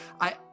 I-